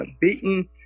beaten